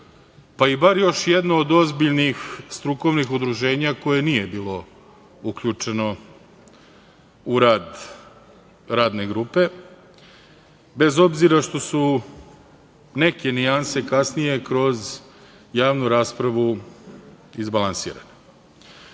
pa i bar još jedno od ozbiljnih strukovnih udruženja koje nije bilo uključeno u rad Radne grupe, bez obzira što su neke nijanse kasnije kroz javnu raspravu izbalansirane. Fama